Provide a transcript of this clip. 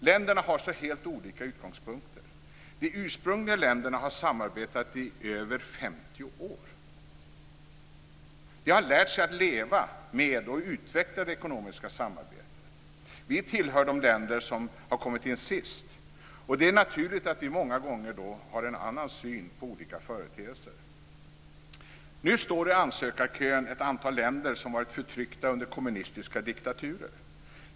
Länderna har helt olika utgångspunkter. De ursprungliga länderna har samarbetat i över 50 år. De har lärt sig att leva med och utveckla det ekonomiska samarbetet. Vi tillhör de länder som har kommit in senast. Och det är naturligt att vi många gånger har en annan syn på olika företeelser. Nu står i ansökarkön ett antal länder som har varit förtryckta under kommunistiska diktaturer.